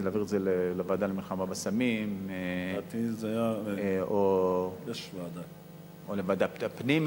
אם זה להעביר את זה לוועדה למלחמה בסמים או לוועדת הפנים,